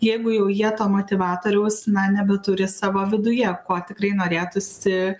jeigu jau jie to motyvatoriaus na nebeturi savo viduje ko tikrai norėtųsi